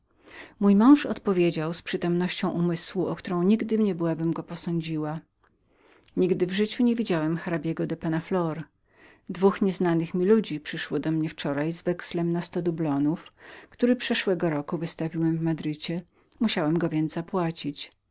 mój mąż odpowiedział z przytomnością umysłu o którą nigdy niebyłabym go poradziła nigdy w życiu nie widziałem hrabiego penna flor dwóch ludzi wcale mi nieznanych przyszło do mnie wczoraj z wexlem na sto dublonów który przeszłego roku wystawiłem w madrycie musiałem go więc zapłacić